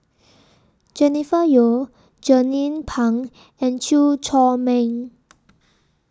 Jennifer Yeo Jernnine Pang and Chew Chor Meng